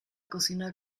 cocina